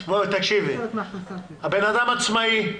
תקשיבי, הבן אדם עצמאי,